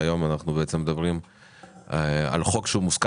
והיום אנחנו בעצם מדברים על חוק שהוא מוסכם